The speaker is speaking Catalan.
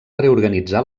reorganitzar